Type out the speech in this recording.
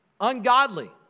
ungodly